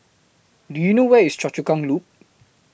Do YOU know Where IS Choa Chu Kang Loop